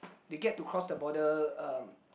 they get to cross the border um